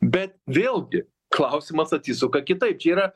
bet vėlgi klausimas atsisuka kitaip čia yra